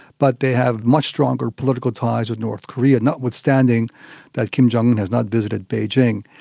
but they have much stronger political ties with north korea, notwithstanding that kim jong-un has not visited beijing.